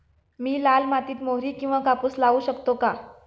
मी लाल मातीत मोहरी किंवा कापूस लावू शकतो का?